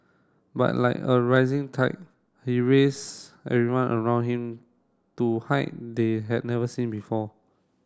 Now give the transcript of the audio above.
but like a rising tide he raised everyone around him to height they had never seen before